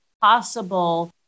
possible